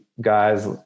guys